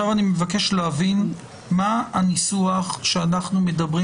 אני מבקש להבין מה הניסוח שאנחנו מדברים